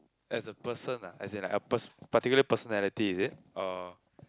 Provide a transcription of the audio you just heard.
as a person ah as in like a pers~ particular personality is it oh